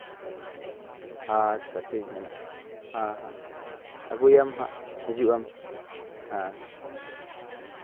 ᱟᱪᱪᱷᱟ ᱴᱷᱤᱠ ᱢᱮᱱᱟᱜᱼᱟ ᱦᱟᱸ ᱦᱟᱸ ᱟᱹᱜᱩᱭᱟᱢ ᱦᱟᱸᱜ ᱦᱤᱡᱩᱜᱼᱟᱢ ᱦᱮᱸᱛᱚ